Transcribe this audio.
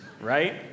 right